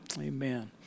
Amen